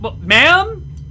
Ma'am